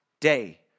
day